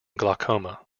glaucoma